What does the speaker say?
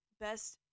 Best